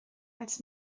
als